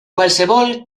qualsevol